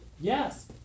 Yes